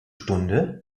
stunde